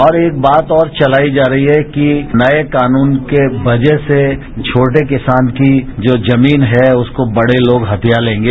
और एक बात और चलाई जा रही हैकि नए कानून की वजह से छोटे किसान की जो जमीन है उसको बड़े लोग हथिया लेंगे